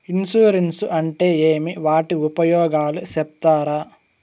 Insurance అంటే ఏమి? వాటి ఉపయోగాలు సెప్తారా?